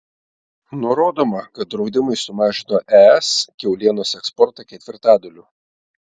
nurodoma kad draudimai sumažino es kiaulienos eksportą ketvirtadaliu